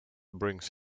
brings